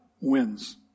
wins